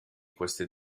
queste